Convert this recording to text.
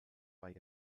bei